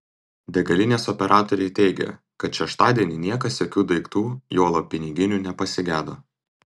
degalinės operatoriai teigė kad šeštadienį niekas jokių daiktų juolab piniginių nepasigedo